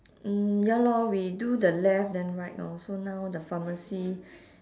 mm ya lor we do the left then right orh so now the pharmacy